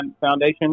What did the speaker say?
Foundation